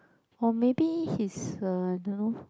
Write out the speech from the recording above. or maybe he's uh don't know